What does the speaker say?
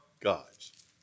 God's